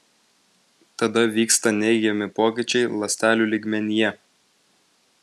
tada vyksta neigiami pokyčiai ląstelių lygmenyje